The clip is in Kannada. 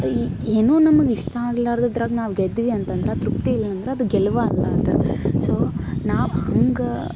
ಏನು ನಮ್ಗೆ ಇಷ್ಟ ಆಗ್ಲಾರದಿದ್ರಾಗ ನಾವು ಗೆದ್ವಿ ಅಂತಂದ್ರೆ ತೃಪ್ತಿ ಇಲ್ಲಾಂದ್ರೆ ಅದು ಗೆಲ್ಲುವ ಅಲ್ಲ ಅದು ಸೊ ನಾವು ಹೆಂಗೆ